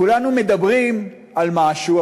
כולנו מדברים על משהו,